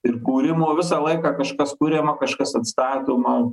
ir kūrimo visą laiką kažkas kuriama kažkas atstatoma